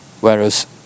Whereas